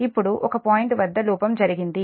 ఇప్పుడు ఒక పాయింట్ వద్ద లోపం జరిగింది